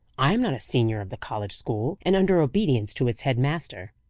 i am not a senior of the college school, and under obedience to its head-master.